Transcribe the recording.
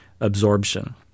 absorption